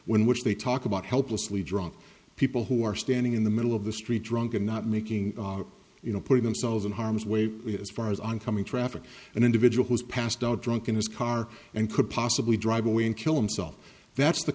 when which they talk about helplessly drunk people who are standing in the middle of the street drunk and not making you know putting themselves in harm's way as far as oncoming traffic an individual who's passed out drunk in his car and could possibly drive away and kill himself that's the